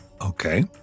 Okay